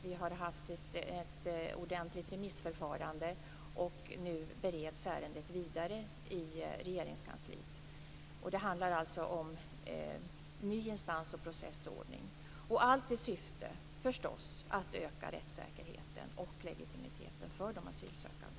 Vi har haft ett ordentligt remissförfarande. Nu bereds ärendet vidare i Regeringskansliet. Det handlar alltså om en ny instansoch processordning, allt i syfte att öka legitimiteten och rättssäkerheten för de asylsökande.